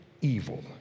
evil